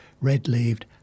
red-leaved